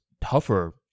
tougher